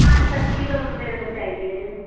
पाँच पाँच किलो मेरे को चाहिए